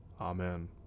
Amen